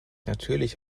natürlich